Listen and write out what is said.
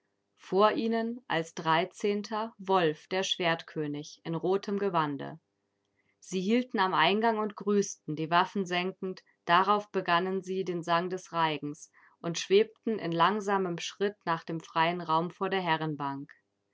vor ihnen als dreizehnter wolf der schwertkönig in rotem gewande sie hielten am eingang und grüßten die waffen senkend darauf begannen sie den sang des reigens und schwebten in langsamem schritt nach dem freien raum vor der herrenbank